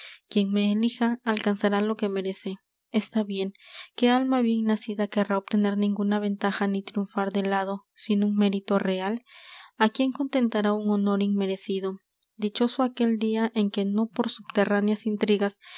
quien me elija alcanzará lo que merece está bien qué alma bien nacida querrá obtener ninguna ventaja ni triunfar del hado sin un mérito real a quién contentará un honor inmerecido dichoso aquel dia en que no por subterráneas intrigas